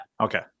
Okay